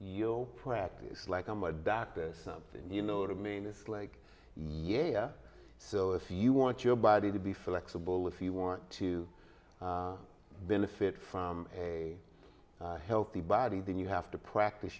you practice like i'm a doctor or something you know to me this like yeah so if you want your body to be flexible if you want to benefit from a healthy body then you have to practice